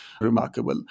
remarkable